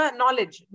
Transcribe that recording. knowledge